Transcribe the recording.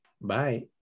Bye